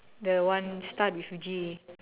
the one start with G